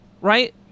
right